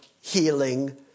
healing